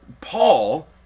Paul